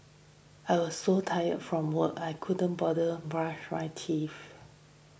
I was so tired from work I couldn't bother brush my teeth